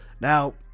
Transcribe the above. now